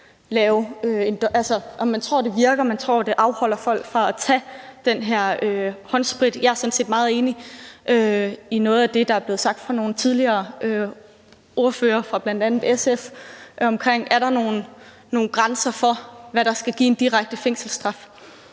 man tror, det virker, og at det afholder folk fra at tage den her håndsprit, at man fordobler straffen. Jeg er sådan set meget enig i noget af det, der er blevet sagt af nogle af de foregående ordførere, bl.a. SF's ordfører, om, om der er nogen grænser for, hvad der skal give en direkte fængselsstraf.